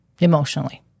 emotionally